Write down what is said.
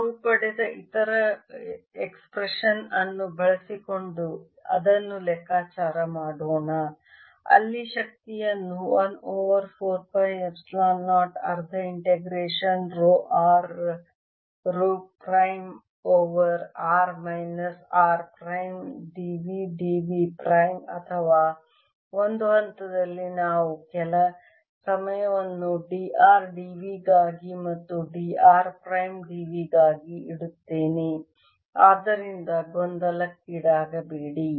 ನಾವು ಪಡೆದ ಇತರ ಎಸ್ಪ್ರೆಷನ್ ಅನ್ನು ಬಳಸಿಕೊಂಡು ಅದನ್ನು ಲೆಕ್ಕಾಚಾರ ಮಾಡೋಣ ಅಲ್ಲಿ ಶಕ್ತಿಯನ್ನು 1 ಓವರ್ 4 ಪೈ ಎಪ್ಸಿಲಾನ್ 0 ಅರ್ಧ integration rho r rho prime over r minus r prime d v d v prime ಅಥವಾ ಒಂದು ಹಂತದಲ್ಲಿ ನಾನು ಕೆಲ ಸಮಯವನ್ನು d r d v ಗಾಗಿ ಮತ್ತು d r prime d v ಗಾಗಿ ಇಡುತ್ತೇನೆ ಆದ್ದರಿಂದ ಗೊಂದಲಕ್ಕೀಡಾಗಬೇಡಿ